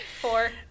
Four